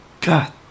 God